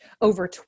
over